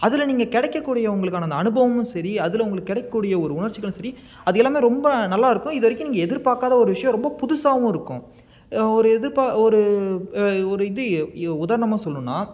அதில் நீங்கள் கிடைக்க கூடிய உங்களுக்கான அந்த அனுபவங்களும் சரி அதில் உங்களுக்கு கிடைக்க கூடிய ஒரு உணர்ச்சிகளும் சரி அது எல்லாம் ரொம்ப நல்லாயிருக்கும் இதுவரைக்கும் நீங்கள் எதிர்ப்பாக்காத ஒரு விஷ்யம் ரொம்ப புதுசாகவும் இருக்கும் ஒரு இது ஒரு இது உதாரணமாக சொல்லணும்னா